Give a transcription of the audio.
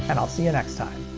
and i'll see you next time!